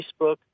Facebook